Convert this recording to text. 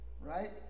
right